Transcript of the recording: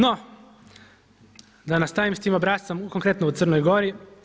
No, da nastavim s tim obrascem konkretno u Crnoj Gori.